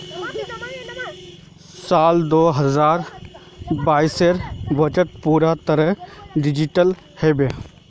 साल दो हजार बाइसेर बजट पूरा तरह डिजिटल हबे